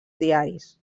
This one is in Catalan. diaris